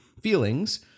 feelings